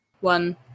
one